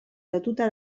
lotuta